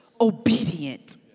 obedient